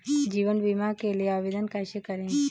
जीवन बीमा के लिए आवेदन कैसे करें?